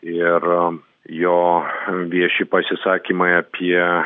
ir jo vieši pasisakymai apie